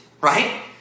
right